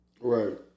Right